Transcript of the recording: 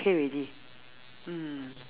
okay already mm